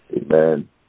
amen